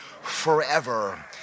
forever